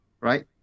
right